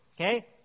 okay